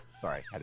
Sorry